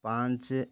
ପାଞ୍ଚ